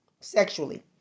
sexually